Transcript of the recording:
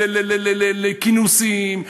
לכינוסים,